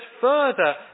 further